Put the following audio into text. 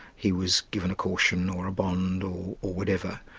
he was given a caution or a bond, or or whatever.